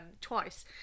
twice